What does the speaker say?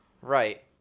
Right